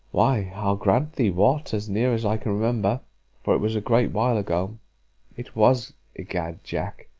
why, i'll grant thee what, as near as i can remember for it was a great while ago it was egad, jack,